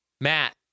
Matt